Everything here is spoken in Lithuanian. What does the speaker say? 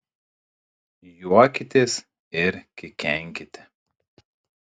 juokitės ir kikenkite